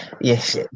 yes